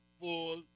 Full